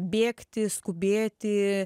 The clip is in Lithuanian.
bėgti skubėti